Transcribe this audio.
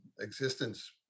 existence